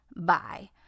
bye